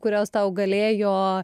kurios tau galėjo